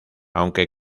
aunque